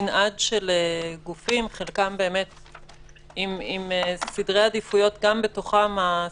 מנעד של גופים עם סדרי עדיפויות שונים.